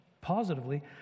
Positively